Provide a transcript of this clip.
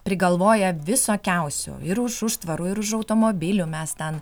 prigalvoja visokiausių ir už užtvarų ir už automobilių mes ten